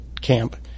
camp